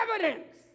evidence